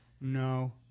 no